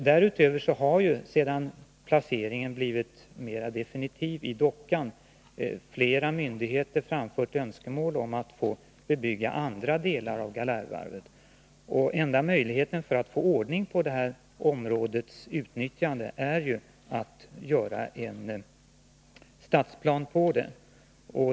Därutöver har, sedan placeringen blivit mera definitiv i dockan, flera myndigheter framfört önskemål om att få bebygga andra delar av Galärvarvet. Enda möjligheten att få ordning på områdets utnyttjande är ju att göra en stadsplan på det.